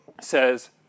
says